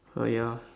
oh ya